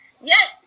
Yes